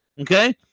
Okay